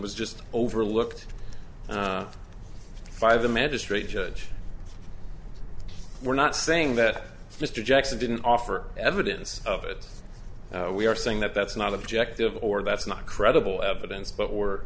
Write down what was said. was just overlooked by the magistrate judge we're not saying that mr jackson didn't offer evidence of it we are saying that that's not objective or that's not credible evidence but we're